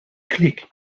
clique